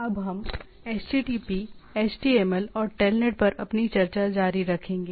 अब हम HTTP HTML और TELNET पर अपनी चर्चा जारी रखेंगे